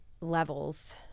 levels